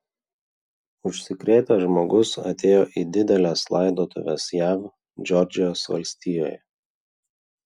užsikrėtęs žmogus atėjo į dideles laidotuves jav džordžijos valstijoje